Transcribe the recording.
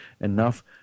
enough